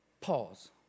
Pause